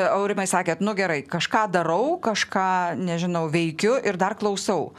aurimai sakėt nu gerai kažką darau kažką nežinau veikiu ir dar klausau